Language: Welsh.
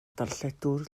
darlledwr